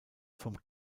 vom